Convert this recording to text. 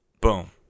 boom